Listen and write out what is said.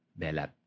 Belat